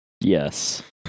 Yes